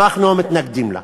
אנחנו מתנגדים לה.